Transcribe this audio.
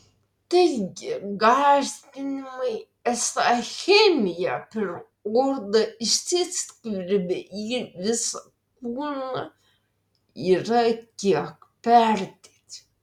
taigi gąsdinimai esą chemija per odą įsiskverbia į visą kūną yra kiek perdėti